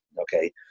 Okay